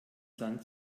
sand